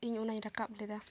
ᱤᱧ ᱚᱱᱟᱧ ᱨᱟᱠᱟᱵ ᱞᱮᱫᱟ